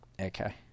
okay